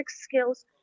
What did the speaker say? skills